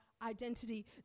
identity